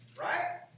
right